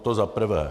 To za prvé.